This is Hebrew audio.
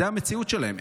זו המציאות שלהם.